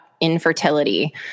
infertility